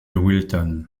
wilton